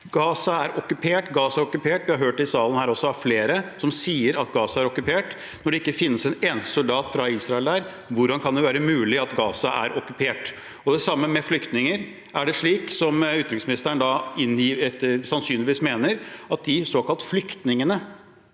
Gaza er okkupert. Vi har også hørt flere i salen her si at Gaza er okkupert. Når det ikke fantes en eneste soldat fra Israel der, hvordan kan det da være mulig at Gaza var okkupert? Det samme gjelder flyktninger. Er det slik, som utenriksministeren sannsynligvis mener, at de såkalte flyktningene